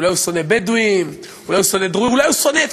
אולי הוא שונא בדואים,